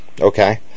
okay